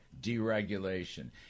deregulation